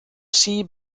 sea